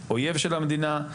אויב של המדינה.